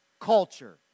culture